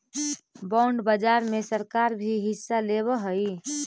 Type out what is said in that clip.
bond बाजार में सरकार भी हिस्सा लेवऽ हई